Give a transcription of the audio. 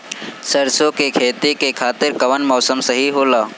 सरसो के खेती के खातिर कवन मौसम सही होला?